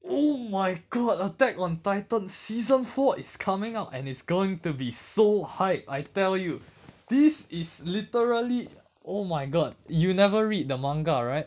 oh my god attack on titan season four is coming out and it's going to be so hype I tell you this is literally oh my god you never read the manga right